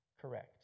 correct